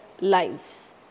lives